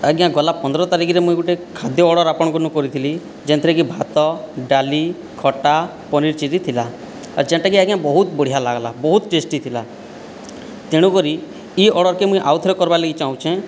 ଆଜ୍ଞା ଗଲା ପନ୍ଦର ତାରିଖରେ ମୁଁ ଗୋଟିଏ ଖାଦ୍ୟ ଅର୍ଡ଼ର ଆପଣଙ୍କନୁ କରିଥିଲି ଯେଉଁଥିରେକି ଭାତ ଡାଲି ଖଟା ପନିର୍ ଚିଲି ଥିଲା ଆଉ ଯେଉଁଟାକି ଆଜ୍ଞା ବହୁତ ବଢ଼ିଆ ଲାଗିଲା ବହୁତ ଟେଷ୍ଟି ଥିଲା ତେଣୁ କରି ଏହି ଅର୍ଡ଼ର୍କୁ ମୁଁ ଆଉଥରେ କରିବା ଲାଗି ଚାହୁଁଛି